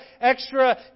extra